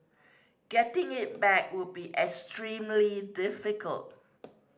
getting it back would be extremely difficult